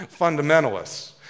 fundamentalists